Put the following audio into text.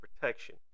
protection